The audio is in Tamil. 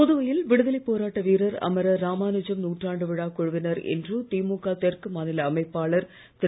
புதுவையில் விடுதலைப் போராட்ட வீரர் அமரர் ராமானுஜம் நூற்றாண்டு விழாக் குழுவினர் இன்று திமுக தெற்கு மாநில அமைப்பாளர் திரு